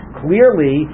clearly